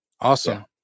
Awesome